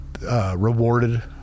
Rewarded